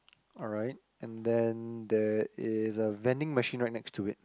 alright and then there is a vending machine right next to it